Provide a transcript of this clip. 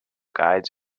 guides